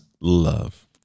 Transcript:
love